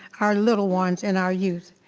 our little ones and our youth.